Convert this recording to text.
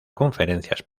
conferencias